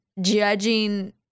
judging